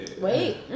wait